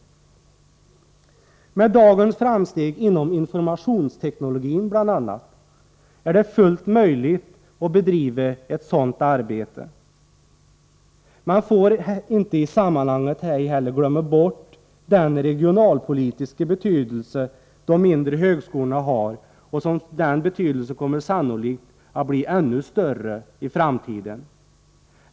Med dagens framsteg inom exempelvis informationsteknologin är det fullt möjligt att bedriva ett sådant arbete. Man får inte i sammanhanget glömma bort den regionalpolitiska betydelse som de mindre högskolorna har. Den betydelsen kommer sannolikt att bli ännu större i framtiden.